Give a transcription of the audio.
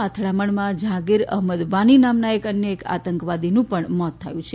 આ અથડામણમાં જહાંગીર અહમવાની નામના અન્ય એક આતંકવાદીનું પણ મોત થયું છે